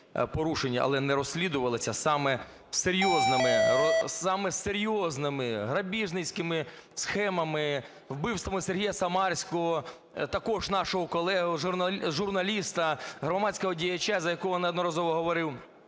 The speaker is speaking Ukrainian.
але не розслідувались? Саме серйозними грабіжницькими схемами, вбивством Сергія Самарського, також нашого колегу-журналіста, громадського діяча, за якого неодноразово говорив.